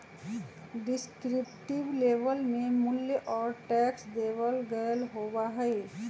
descriptive label में मूल्य और टैक्स देवल गयल होबा हई